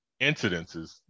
incidences